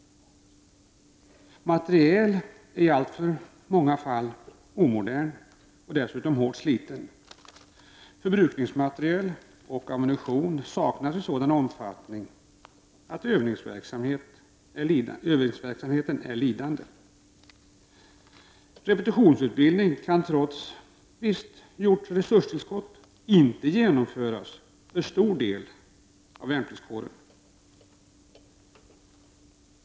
Materielen är i alltför många fall omodern och dessutom hårt sliten. Förbrukningsmateriel och ammunition saknas i sådan omfattning att övningsverksamheten blir lidande. Repetionsutbildning kan trots visst resurstillskott inte genomföras för en stor del av värnpliktskåren.